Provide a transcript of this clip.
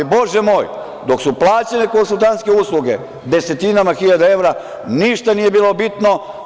Bože moj, dok su plaćene konsultantske usluge desetinama hiljada evra ništa nije bilo bitno.